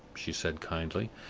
she said, kindly,